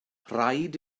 rhaid